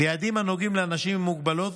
ביעדים הנוגעים לאנשים עם מוגבלות,